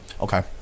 Okay